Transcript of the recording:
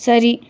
சரி